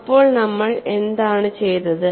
അപ്പോൾ നമ്മൾ എന്താണ് ചെയ്തത്